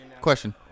Question